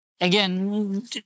Again